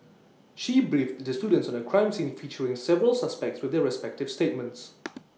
she briefed the students on A crime scene featuring several suspects with their respective statements